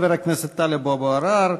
חבר הכנסת טלב אבו עראר,